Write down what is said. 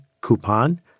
coupon